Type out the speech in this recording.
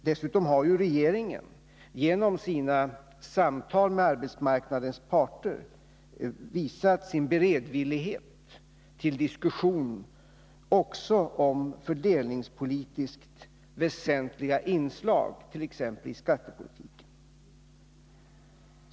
Dessutom har ju regeringen genom sina samtal med arbetsmarknadens parter visat sin beredvillighet till diskussion också om fördelningspolitiskt väsentliga inslag i t.ex. skattepolitiken.